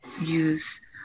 use